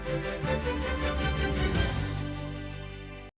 Дякую.